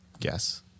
Yes